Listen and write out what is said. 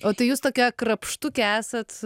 o tai jūs tokia krapštukė esat